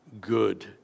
good